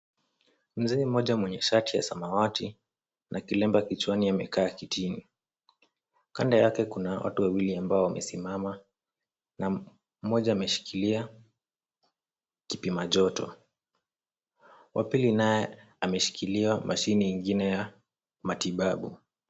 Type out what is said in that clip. Mzee mmoja mwenye shati ya samawati na kilemba kichwani amekaa kitini. Kando yake kuna watu wawili ambao wamesimama na mmoja ameshikilia kipima joto. Wa pili naye ameshikilia mashine ingine ya matibabu.